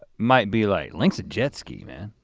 might be like link's a jet ski, man.